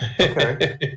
Okay